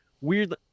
weird